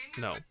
No